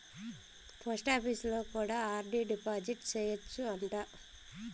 పోస్టాపీసులో కూడా RD deposit సేయచ్చు అంట